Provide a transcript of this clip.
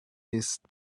least